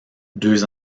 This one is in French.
deux